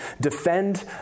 defend